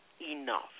enough